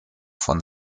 von